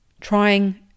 trying